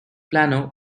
plano